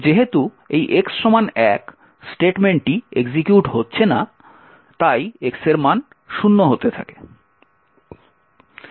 এবং যেহেতু এই x1 স্টেটমেন্টটি এক্সিকিউট হচ্ছে না তাই x এর মান শূন্য হতে থাকে